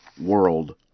WORLD